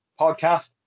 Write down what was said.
podcast